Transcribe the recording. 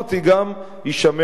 גם יישמר החוק.